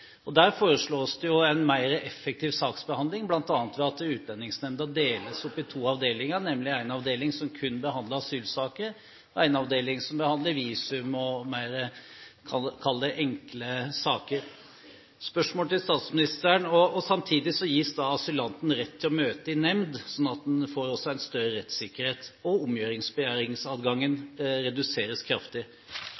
Der foreslås det jo en mer effektiv saksbehandling, bl.a. ved at Utlendingsnemnda deles opp i to avdelinger, nemlig én avdeling som kun behandler asylsaker, og én avdeling som behandler visum og mer – kall det – enkle saker. Samtidig gis asylanten rett til å møte i nemnd, slik at han også får en større rettssikkerhet, og